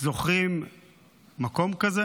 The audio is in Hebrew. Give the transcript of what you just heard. זוכרים מקום כזה?